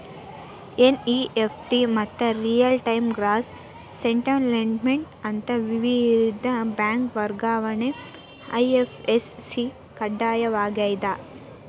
NEFT ಮತ್ತ real time gross settlement ನಂತ ವಿವಿಧ ಬ್ಯಾಂಕ್ ವರ್ಗಾವಣೆಗೆ ಐ.ಎಫ್.ಎಸ್.ಸಿ ಕಡ್ಡಾಯವಾಗ್ಯದ